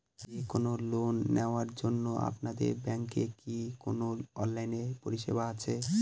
যে কোন লোন নেওয়ার জন্য আপনাদের ব্যাঙ্কের কি কোন অনলাইনে পরিষেবা আছে?